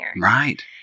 Right